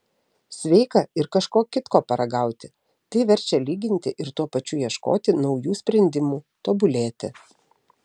sveika ir kažko kitko paragauti tai verčia lyginti ir tuo pačiu ieškoti naujų sprendimų tobulėti